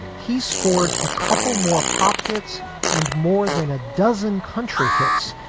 he scored a couple more pop hits and more than a dozen country hits,